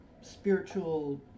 spiritual